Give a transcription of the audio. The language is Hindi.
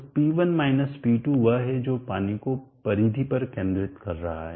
तो P1 P2 वह है जो पानी को परिधि पर केंद्रित कर रहा है